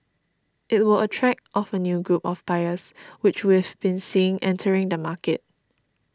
it will attract of a new group of buyers which we've been seeing entering the market